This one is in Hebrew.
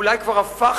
ואולי כבר הפכנו,